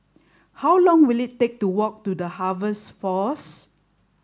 how long will it take to walk to the Harvest Force